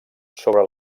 sobre